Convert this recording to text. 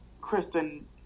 Kristen